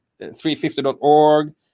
350.org